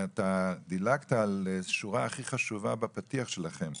אתה דילגת על שורה הכי חשובה בפתיח שלכם.